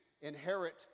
inherit